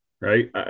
right